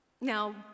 Now